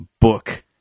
book